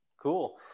Cool